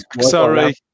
Sorry